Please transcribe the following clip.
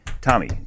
Tommy